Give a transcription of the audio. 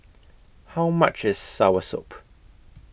How much IS Soursop